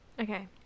okay